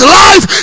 life